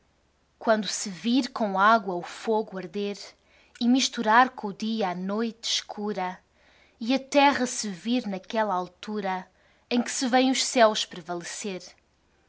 quando se vir com água o fogo arder e misturar co dia a noite escura e a terra se vir naquela altura em que se vem os céus prevalecer